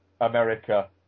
America